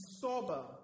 sober